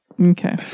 Okay